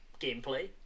gameplay